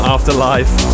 Afterlife